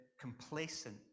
complacent